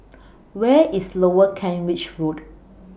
Where IS Lower Kent Ridge Road